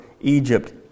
Egypt